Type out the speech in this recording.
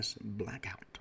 Blackout